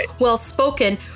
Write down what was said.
well-spoken